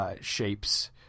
shapes